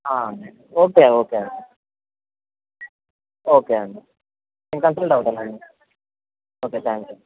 okay okay అండి okay అండి కన్ఫల్ట్ అవుతాండి ఓకే థ్యాంక్ యూ అండి